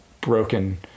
broken